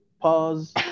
Pause